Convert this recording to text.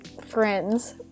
friends